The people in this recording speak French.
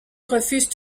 refuse